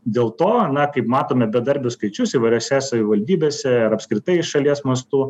dėl to na kaip matome bedarbių skaičius įvairiose savivaldybėse ir apskritai šalies mastu